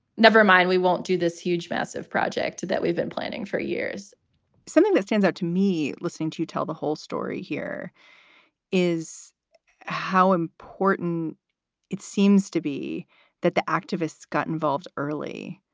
never mind, we won't do this huge, massive project that we've been planning for years something that stands out to me, listening to tell the whole story here is how important it seems to be that the activists got involved early,